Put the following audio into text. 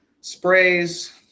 sprays